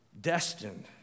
Destined